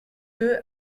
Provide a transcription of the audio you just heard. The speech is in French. deux